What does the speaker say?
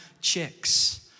chicks